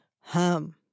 Hum